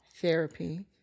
Therapy